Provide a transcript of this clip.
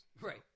Right